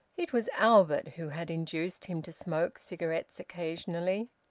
it was albert who had induced him to smoke cigarettes occasionally.